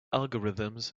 algorithms